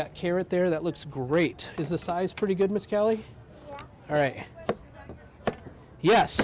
get carrot there that looks great is the size pretty good miss kelly all right yes